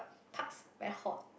parks very hot